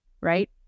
right